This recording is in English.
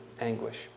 anguish